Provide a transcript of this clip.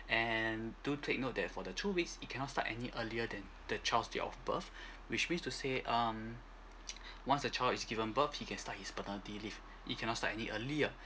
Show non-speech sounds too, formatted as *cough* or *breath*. and do take note that for the two weeks it cannot start any earlier than the child date of birth *breath* which mean to say um *noise* once the child is given birth he can start his paternity leave it cannot start any earlier